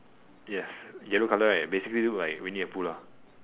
yes yellow colour right basically look like Winnie the Pooh lah